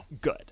good